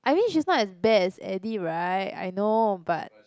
I mean she's not as bad as Eddie right I know but